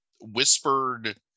whispered